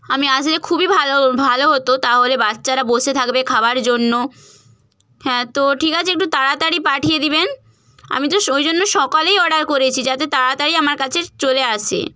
আমি আসলে খুবই ভালো হতো তাহলে বাচ্চারা বসে থাকবে খাবার জন্য হ্যাঁ তো ঠিক আছে একটু তাড়াতাড়ি পাঠিয়ে দেবেন আমি তো ওই জন্যই সকালেই অর্ডার করেছি যাতে তাড়াতাড়ি আমার কাছে চলে আসে